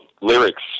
lyrics